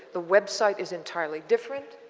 the website is entirely different.